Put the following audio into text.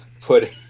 put